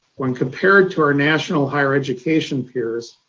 when compared to our national higher education peers,